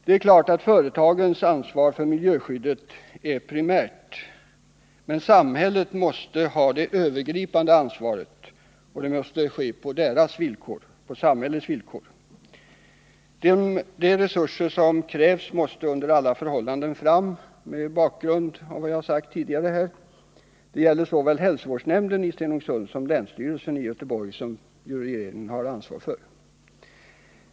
Det är klart att företagens ansvar för miljöskyddet är primärt, men samhället måste ha det övergripande ansvaret. Bedömningarna måste göras på samhällets villkor. De resurser som krävs måste under alla förhållanden skaffas fram. Det gäller såväl hälsovårdsnämnden i Stenungsund som länsstyrelsen i Göteborg — den senare har ju regeringen ansvaret för.